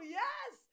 yes